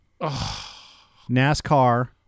NASCAR